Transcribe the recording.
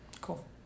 Cool